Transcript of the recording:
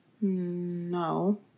No